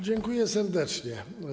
Dziękuję serdecznie.